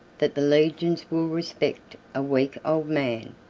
that the legions will respect a weak old man,